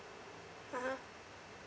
ah ha